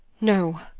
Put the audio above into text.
no,